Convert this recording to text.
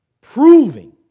Proving